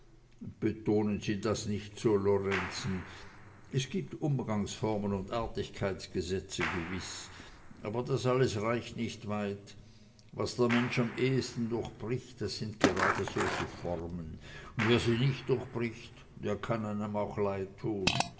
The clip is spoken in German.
betonen sie das nicht so lorenzen es gibt umgangsformen und artigkeitsgesetze gewiß aber das alles reicht nicht weit was der mensch am ehesten durchbricht das sind gerade solche formen und wer sie nicht durchbricht der kann einem auch leid tun